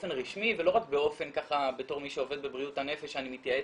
באופן רשמי ולא רק בתור מי שעובד בבריאות הנפש שאני מתייעץ,